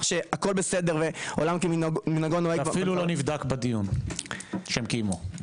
זה אפילו לא נבדק בדיון שהם קיימו.